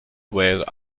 wear